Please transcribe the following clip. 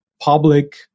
public